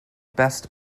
best